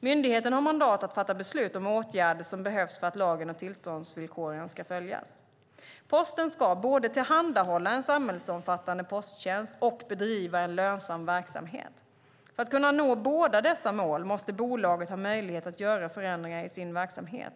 Myndigheten har mandat att fatta beslut om åtgärder som behövs för att lagen och tillståndsvillkoren ska följas. Posten ska både tillhandahålla en samhällsomfattande posttjänst och bedriva en lönsam verksamhet. För att kunna nå båda dessa mål måste bolaget ha möjlighet att göra förändringar i sin verksamhet.